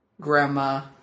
Grandma